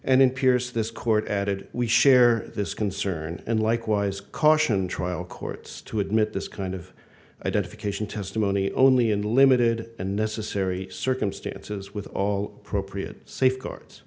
and in peers this court added we share this concern and likewise caution trial courts to admit this kind of identification testimony only in limited and necessary circumstances with all propriety safeguards